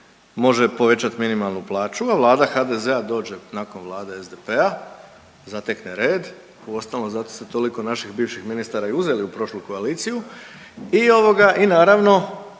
može povećati minimalnu plaću, a Vlada HDZ-a dođe nakon Vlade SDP-a, zatekne red, uostalom, zato ste toliko naših bivših ministara i uzeli u prošlu koaliciju i ovoga i naravno,